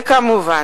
וכמובן,